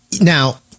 Now